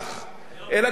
אלא גם את כל האופוזיציה.